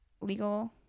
legal